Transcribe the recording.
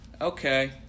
Okay